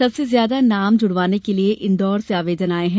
सबसे ज्यादा नाम जुड़वाने के लिये इंदौर से आवेदन आये हैं